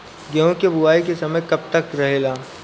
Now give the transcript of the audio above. गेहूँ के बुवाई के समय कब तक रहेला?